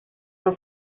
uns